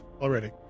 already